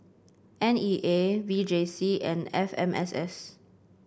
N E A V J C and F M S S